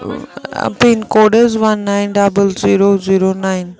pin code حظ one nine double zero zero nine